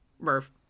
Murph